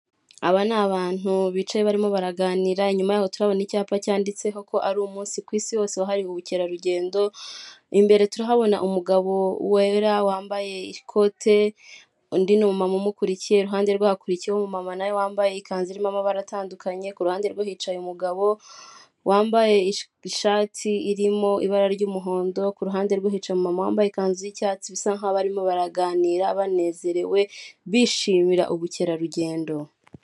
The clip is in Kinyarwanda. Aba ni abantu bicaye barimo baraganira, inyuma yaho turahabona icyapa cyanditseho ko ari umunsi ku isi hose wahariwe ubukerarugendo, imbere turahabona umugabo wera wambaye ikote undi ni umumama umukurikiye, iruhande rwe hakurikiyeho umumama na we wambaye ikanzu irimo amabara atandukanye, ku ruhande rwe hicaye umugabo wambaye ishati irimo ibara ry'umuhondo, ku ruhande rwe hicaye umumama wambaye ikanzu y'icyatsi, bisa nkaho barimo baraganira banezerewe bishimira ubukerarugendo.